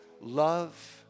love